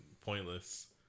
pointless